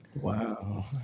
Wow